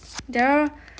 Daryl